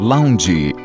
Lounge